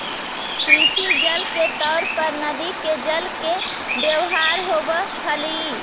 कृषि जल के तौर पर नदि के जल के व्यवहार होव हलई